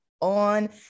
on